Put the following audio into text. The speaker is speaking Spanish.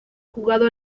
jugado